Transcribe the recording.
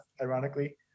ironically